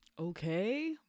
Okay